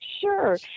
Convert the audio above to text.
sure